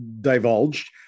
divulged